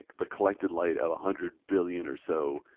the collected light of a hundred billion or so,